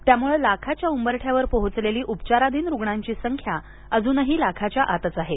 त्यामुळे लाखाच्या उंबरठ्यावर पोहोचलेली उपचाराधीन रुग्णांची संख्या अजूनही लाखाच्या आतच आहे